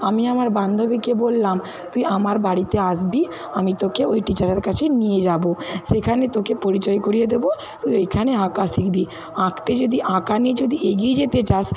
আমি আমার বান্ধবীকে বললাম তুই আমার বাড়িতে আসবি আমি তোকে ওই টিচারের কাছে নিয়ে যাবো সেখানে তোকে পরিচয় করিয়ে দেবো তুই ওইখানে আঁকা শিখবি আঁকতে যদি আঁকা নিয়ে যদি এগিয়ে যেতে চাস